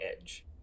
edge